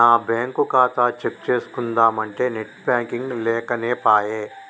నా బ్యేంకు ఖాతా చెక్ చేస్కుందామంటే నెట్ బాంకింగ్ లేకనేపాయె